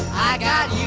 i got